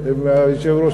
אם היושב-ראש,